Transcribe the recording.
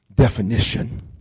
definition